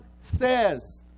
says